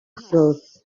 puddles